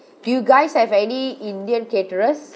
do you guys have any indian caterers